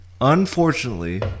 Unfortunately